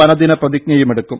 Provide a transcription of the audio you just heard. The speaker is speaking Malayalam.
വനദിന പ്രതിജ്ഞയുമെടുക്കും